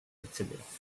etc